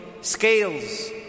scales